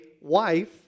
wife